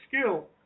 skill